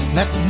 Let